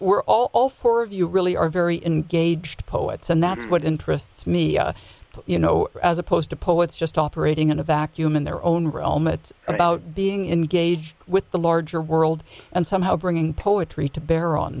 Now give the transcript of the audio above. we're all all four of you really are very engaged poets and that's what interests me you know as opposed to poets just operating in a vacuum in their own realm it's about being engaged with the larger world and somehow bringing poetry to bear on